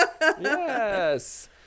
Yes